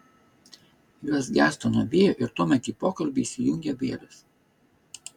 jos gęsta nuo vėjo ir tuomet į pokalbį įsijungia vėlės